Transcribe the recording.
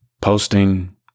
posting